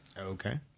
Okay